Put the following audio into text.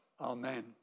Amen